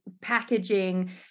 packaging